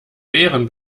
bären